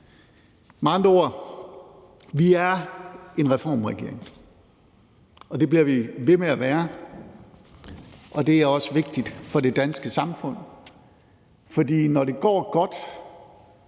Med andre ord: Vi er en reformregering. Det bliver vi ved med at være, og det er også vigtigt for det danske samfund. For når det går godt